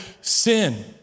sin